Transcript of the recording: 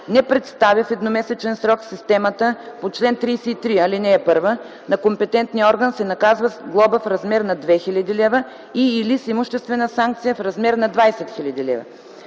не представи в едномесечен срок системата по чл. 33, ал. 1 на компетентния орган се наказва с глоба в размер на 2000 лв. и/или с имуществена санкция в размер на 20 000 лв.